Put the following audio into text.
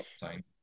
time